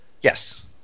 Yes